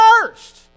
first